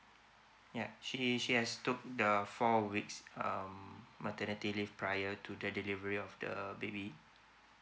yeah she she has took the a four weeks um maternity leave prior to the delivery of the baby